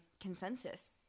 consensus